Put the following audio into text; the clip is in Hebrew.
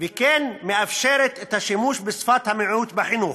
וכן מאפשרת את השימוש בשפת המיעוט בחינוך.